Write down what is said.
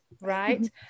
right